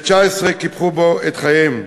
ו-19 קיפחו בו את חייהם.